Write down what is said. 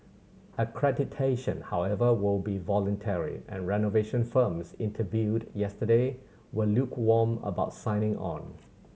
accreditation however will be voluntary and renovation firms interviewed yesterday were lukewarm about signing on